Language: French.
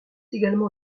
également